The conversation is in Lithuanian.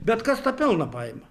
bet kas tą pelną paima